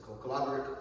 collaborate